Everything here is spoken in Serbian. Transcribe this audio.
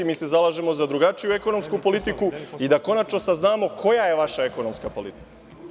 Mi se zalažemo za drugačiju ekonomsku politiku i da konačno saznamo koja je vaša ekonomska politika.